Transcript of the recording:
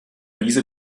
wiese